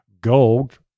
gold